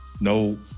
No